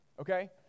okay